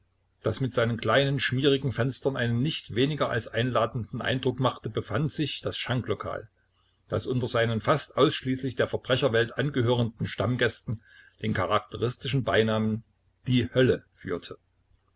das mit seinen kleinen schmierigen fenstern einen nichts weniger als einladenden eindruck machte befand sich das schanklokal das unter seinen fast ausschließlich der verbrecherwelt angehörenden stammgästen den charakteristischen beinamen die hölle führte